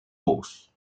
boss